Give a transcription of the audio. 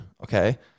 okay